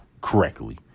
correctly